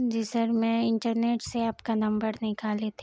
جی sir میں internet سے آپ کا نمبر نکال لی تھی